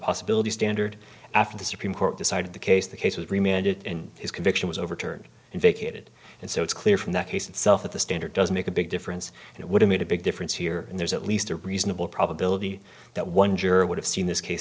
possibility standard after the supreme court decided the case the case was remanded in his conviction was overturned and vacated and so it's clear from that case itself that the standard does make a big difference and it would have made a big difference here and there's at least a reasonable probability that one juror would have seen this case